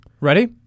Ready